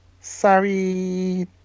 Sorry